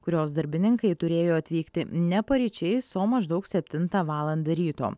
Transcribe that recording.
kurios darbininkai turėjo atvykti ne paryčiais o maždaug septintą valandą ryto